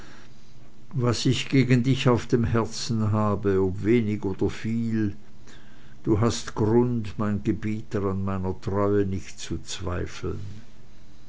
was ich gegen dich auf dem herzen habe ob wenig oder viel du hast grund mein gebieter an meiner treue nicht zu zweifeln